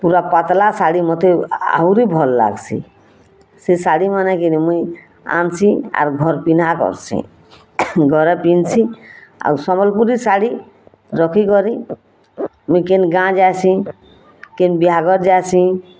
ପୂରା ପାତଲା ଶାଢ଼ୀ ମୋତେ ଆହୁରୀ ଭଲ୍ ଲାଗ୍ସି ସେ ଶାଢ଼ୀ ମାନେ କିନି ମୁଇଁ ଆନ୍ସିଁ ଆର୍ ଘର୍ ପିନ୍ଧା କର୍ସିଁ ଘରେ ପିନ୍ଧସିଁ ଆଉ ସମ୍ବଲପୁରୀ ଶାଢ଼ୀ ରଖିକରି ମୁଇଁ କେନ୍ ଗାଁ ଯାଏଁସି କେନ୍ ବିହାଘର୍ ଯାଏଁସି